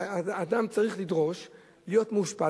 אדם צריך לדרוש להיות מאושפז.